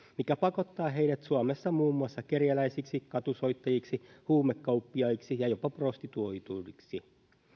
mikä pakottaa heidät suomessa muun muassa kerjäläisiksi katusoittajiksi huumekauppiaiksi ja jopa prostituoiduiksi